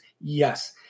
Yes